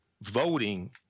voting